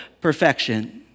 perfection